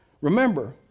Remember